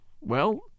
Well